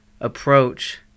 approach